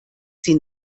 sie